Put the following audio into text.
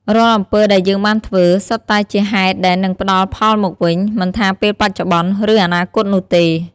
រាល់អំពើដែលយើងបានធ្វើ សុទ្ធតែជាហេតុដែលនឹងផ្តល់ផលមកវិញ មិនថាពេលបច្ចុប្បន្ន ឬអនាគតនោះទេ។